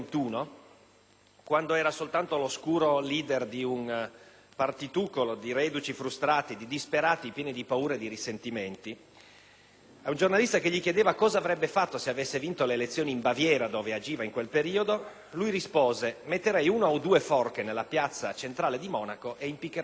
quando era soltanto l'oscuro *leader* di un partitucolo di reduci frustrati, di disperati pieni di paura e di risentimenti, ad un giornalista che gli chiedeva cosa avrebbe fatto se avesse vinto le elezioni in Baviera, dove agiva in quel periodo, rispose che avrebbe messo una o due forche nella piazza centrale di Monaco e avrebbe impiccato tutti gli ebrei.